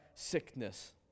Sickness